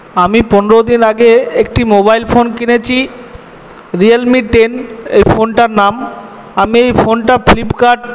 আমি পনের দিন আগে একটি মোবাইল ফোন কিনেছি রিয়েলমি টেন ফোনটার নাম আমি ফোনটা ফ্লিপকার্ট